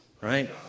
right